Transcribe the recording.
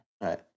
Right